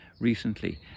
recently